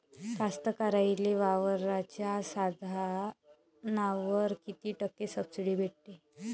कास्तकाराइले वावराच्या साधनावर कीती टक्के सब्सिडी भेटते?